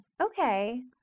Okay